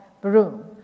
broom